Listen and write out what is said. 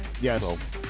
yes